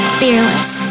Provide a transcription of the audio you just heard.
fearless